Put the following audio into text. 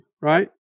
right